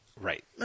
Right